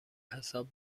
حساب